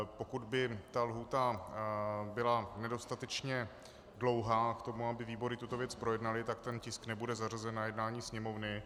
Pokud by ta lhůta byla nedostatečně dlouhá k tomu, aby výbory tuto věc projednaly, tak ten tisk nebude zařazen na jednání Sněmovny.